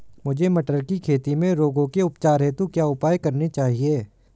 मुझे मटर की खेती में रोगों के उपचार हेतु क्या उपाय करने चाहिए?